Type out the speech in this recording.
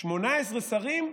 18 שרים,